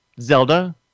Zelda